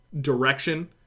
direction